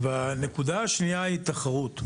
ב׳- תחרות: